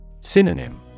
Synonym